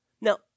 Now